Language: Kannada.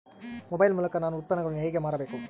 ಮೊಬೈಲ್ ಮೂಲಕ ನಾನು ಉತ್ಪನ್ನಗಳನ್ನು ಹೇಗೆ ಮಾರಬೇಕು?